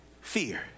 fear